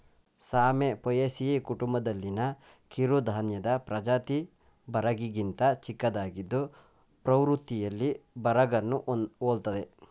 ಸಾಮೆ ಪೋಯೇಸಿಯಿ ಕುಟುಂಬದಲ್ಲಿನ ಕಿರುಧಾನ್ಯದ ಪ್ರಜಾತಿ ಬರಗಿಗಿಂತ ಚಿಕ್ಕದಾಗಿದ್ದು ಪ್ರವೃತ್ತಿಯಲ್ಲಿ ಬರಗನ್ನು ಹೋಲ್ತದೆ